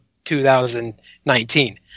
2019